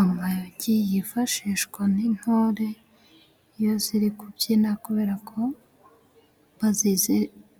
Amayogi yifashishwa n'intore, iyo ziri kubyina kubera ko